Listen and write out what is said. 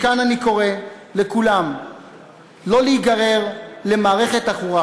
מכאן אני קורא לכולם לא להיגרר למערכת עכורה.